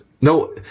no